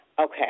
okay